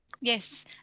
Yes